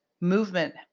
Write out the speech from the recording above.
movement